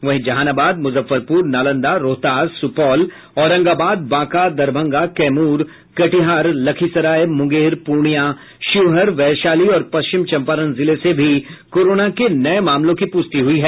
वहीं जहानाबाद मुजफ्फरपुर नालंदा रोहतास सुपौल औरंगाबाद बांका दरभंगा कैमूर कटिहार लखीसराय मुंगेर पूर्णिया शिवहर वैशाली और पश्चिम चंपारण जिले से भी कोरोना के नये मामलों की पुष्टि हुई है